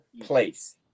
place